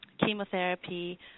chemotherapy